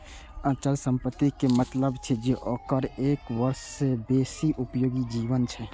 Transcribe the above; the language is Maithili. अचल संपत्ति के मतलब छै जे ओकर एक वर्ष सं बेसी उपयोगी जीवन छै